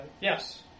Yes